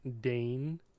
Dane